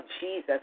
Jesus